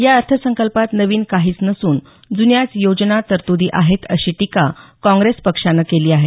या अर्थसंकल्पात नवीन काहीच नसून जुन्याच योजना आणि तरतूदी आहेत अशी टीका काँग्रेस पक्षानं केली आहे